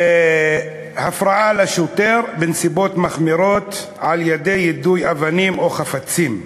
הפרעה לשוטר בנסיבות מחמירות על-ידי יידוי אבנים או חפצים,